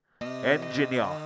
Engineer